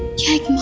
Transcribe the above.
take